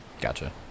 Gotcha